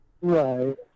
Right